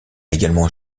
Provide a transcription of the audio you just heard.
également